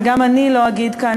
וגם אני לא אגיד כאן,